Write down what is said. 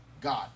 God